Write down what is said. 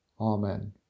Amen